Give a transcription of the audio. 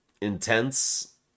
intense